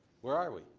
where are we?